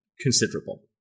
considerable